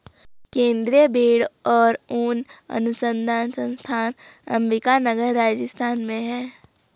केन्द्रीय भेंड़ और ऊन अनुसंधान संस्थान अम्बिका नगर, राजस्थान में है